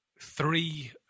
three